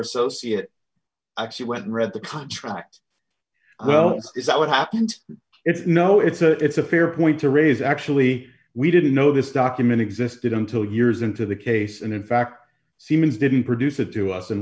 associate actually went and read the contract well it's not what happened it's no it's a it's a fair point to raise actually we didn't know this document existed until years into the case and in fact siemens didn't produce it to us in